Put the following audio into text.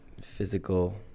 physical